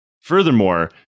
Furthermore